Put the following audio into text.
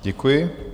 Děkuji.